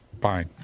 fine